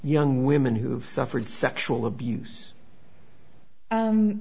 young women who have suffered sexual abuse